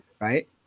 right